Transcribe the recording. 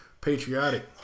patriotic